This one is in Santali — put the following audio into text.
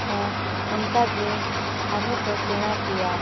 ᱦᱚᱸ ᱚᱱᱠᱟᱜᱮ ᱟᱨᱦᱚᱸ ᱠᱚ ᱥᱮᱬᱟ ᱠᱮᱭᱟ